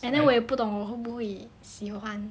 and then 我也不懂会不会喜欢